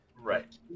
right